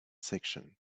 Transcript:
section